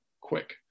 quick